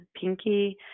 pinky